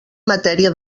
matèria